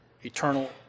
eternal